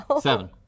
Seven